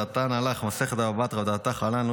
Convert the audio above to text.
דעתן עלך מסכת בבא בתרא ודעתך עלן.